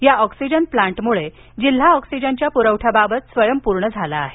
या ऑक्सिजन प्लांटमुळे जिल्हा ऑक्सिजनच्या प्रवठ्याबाबत स्वयंपूर्ण झाला आहे